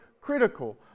critical